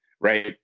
right